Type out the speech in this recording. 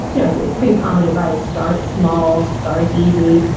you know it's it's pretty common advice, start small, start easy,